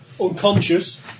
unconscious